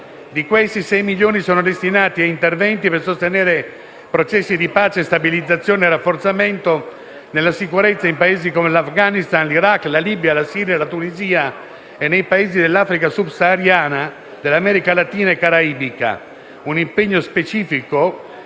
Di questi, 6 milioni sono destinati a interventi per sostenere i processi di pace, di stabilizzazione e rafforzamento della sicurezza in Paesi come l'Afghanistan, l'Iraq, la Libia, la Siria, la Tunisia e nei Paesi dell'Africa subsahariana, dell'America latina e caraibica. Un impegno specifico